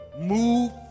move